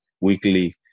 weekly